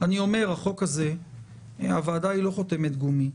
הוועדה היא לא חותמת גומי,